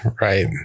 right